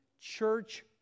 church